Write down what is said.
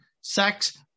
Sex